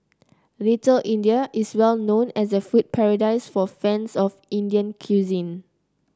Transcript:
Little India is well known as a food paradise for fans of Indian cuisine